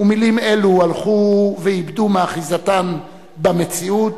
ומלים אלו הלכו ואיבדו מאחיזתן במציאות,